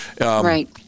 Right